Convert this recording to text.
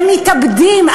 הם מתאבדים,